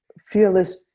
fearless